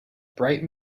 bright